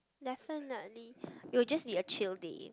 definitely it will just be a chill day